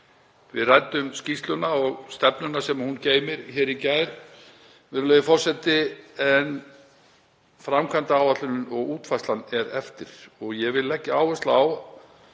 Við ræddum skýrsluna og stefnuna sem hún geymir í gær, virðulegi forseti, en framkvæmdaáætlunin og útfærslan er eftir. Ég vil leggja áherslu á